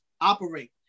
Operate